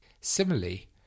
Similarly